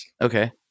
okay